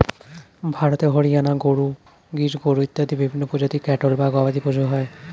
ভারতে হরিয়ানা গরু, গির গরু ইত্যাদি বিভিন্ন প্রজাতির ক্যাটল বা গবাদিপশু হয়